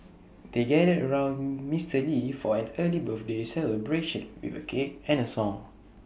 they gathered around Mister lee for an early birthday celebration with A cake and A song